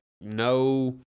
no